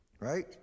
right